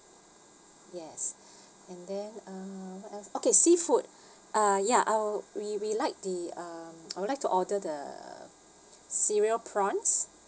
yes and then uh what else okay seafood uh ya I'll we we like the um I would like to order the cereal prawns